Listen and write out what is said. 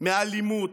סובלים מאלימות,